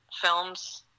films